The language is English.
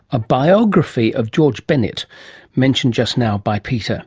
a biography of george bennett mentioned just now by peter